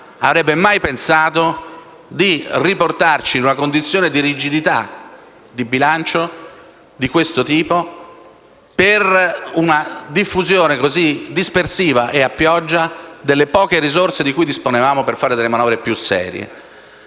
avrebbe mai pensato di riportarci in una tale condizione di rigidità di bilancio causata dalla diffusione dispersiva e a pioggia delle poche risorse di cui disponevamo per fare delle manovre più serie.